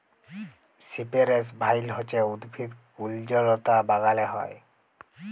সিপেরেস ভাইল হছে উদ্ভিদ কুল্জলতা বাগালে হ্যয়